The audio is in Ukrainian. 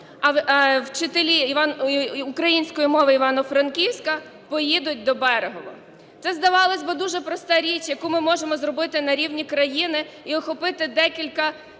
а вчителі української мови Івано-Франківська поїдуть до Берегово. Це, здавалось би, дуже проста річ, яку ми можемо зробити на рівні країни і охопити декілька